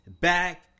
back